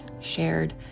shared